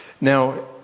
Now